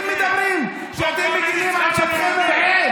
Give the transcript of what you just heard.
בונה סככה חקלאית,